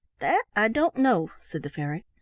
that i don't know, said the fairy,